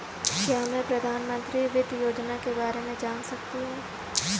क्या मैं प्रधानमंत्री वित्त योजना के बारे में जान सकती हूँ?